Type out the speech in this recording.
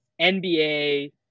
NBA